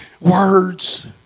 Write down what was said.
words